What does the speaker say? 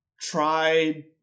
try